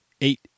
Eight